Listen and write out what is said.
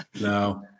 No